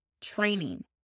Training